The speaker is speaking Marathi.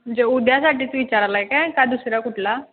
म्हणजे उद्यासाठीच विचारालं आहे काय का दुसऱ्या कुठला